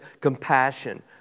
compassion